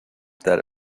that